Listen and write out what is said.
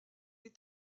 est